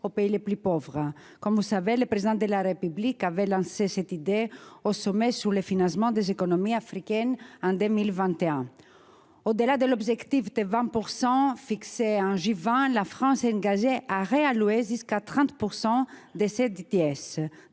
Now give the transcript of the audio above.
aux pays les plus pauvres. Vous le savez, le Président de la République avait lancé cette idée en 2021, lors du sommet sur le financement des économies africaines (SFEA). Au-delà de l'objectif des 20 % fixé par le G20, la France s'est engagée à réallouer jusqu'à 30 % des DTS.